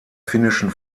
finnischen